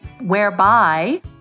whereby